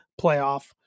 playoff